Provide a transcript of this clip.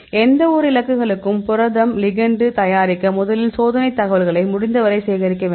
எந்தவொரு இலக்குகளுக்கும் புரதம் லிகெண்டு தயாரிக்க முதலில் சோதனை தகவல்களை முடிந்தவரை சேகரிக்க வேண்டும்